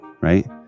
right